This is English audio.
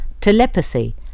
Telepathy